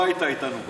לא היית איתנו בעניין,